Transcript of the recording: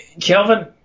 Kelvin